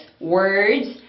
words